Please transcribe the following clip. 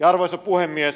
arvoisa puhemies